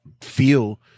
feel